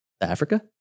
Africa